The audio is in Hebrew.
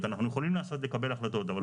אנחנו יכולים לנסות לקבל החלטות אבל